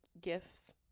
gifts